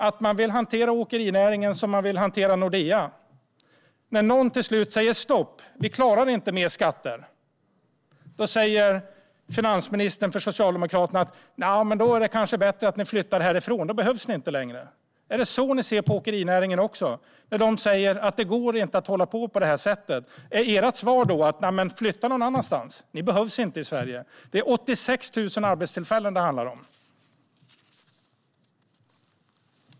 Man kanske vill hantera åkerinäringen på samma sätt som man vill hantera Nordea. När någon till slut säger "Stopp! Vi klarar inte mer skatter" säger Socialdemokraternas finansminister "Men då är det kanske bättre att ni flyttar härifrån. Då behövs ni inte längre". Är det så ni ser på åkerinäringen också? De säger att det inte går att hålla på på det här sättet. Är ert svar då: "Flytta någon annanstans! Ni behövs inte i Sverige"? Det är 86 000 arbetstillfällen det handlar om.